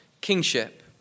kingship